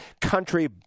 country